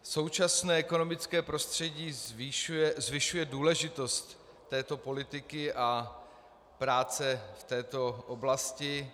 Současné ekonomické prostředí zvyšuje důležitost této politiky a práce v této oblasti.